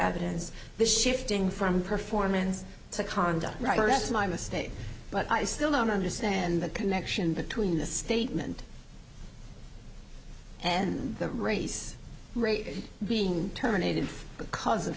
evidence the shifting from performance to conduct right and that's my mistake but i still don't understand the connection between the statement and the race rate being terminated because of